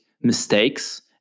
mistakes